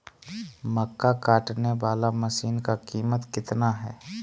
मक्का कटने बाला मसीन का कीमत कितना है?